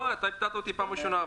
הפתעת אותי בפעם הראשונה.